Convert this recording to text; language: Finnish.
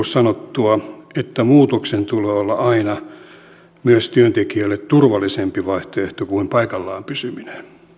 sanottua että muutoksen tulee olla aina myös työntekijöille turvallisempi vaihtoehto kuin paikallaan pysyminen